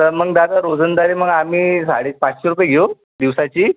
तर मग दादा रोजंदारी मग आम्ही साडे पाचशे रुपये घेऊ दिवसाची